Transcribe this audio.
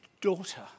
Daughter